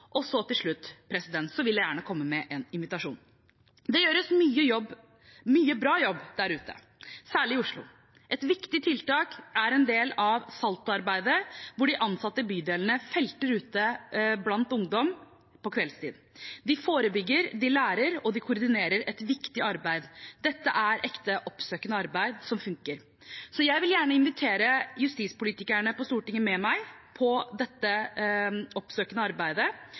Til slutt vil jeg gjerne komme med en invitasjon. Det gjøres mye bra jobb der ute, særlig i Oslo. Et viktig tiltak er en del av SaLTo-arbeidet, hvor de ansatte i bydelene «felter» ute blant ungdom på kveldstid. De forebygger, de lærer, og de koordinerer et viktig arbeid. Dette er ekte oppsøkende arbeid som funker. Jeg vil gjerne invitere justispolitikerne på Stortinget med meg på dette oppsøkende arbeidet,